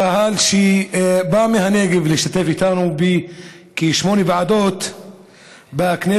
את הקהל שבא מהנגב להשתתף איתנו בכשמונה ועדות בכנסת,